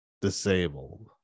disabled